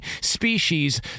species